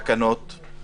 ועדת החוקה, חוק ומשפט.